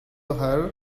her